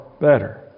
better